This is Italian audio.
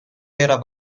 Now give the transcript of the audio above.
era